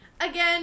Again